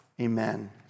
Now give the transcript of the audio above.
amen